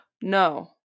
No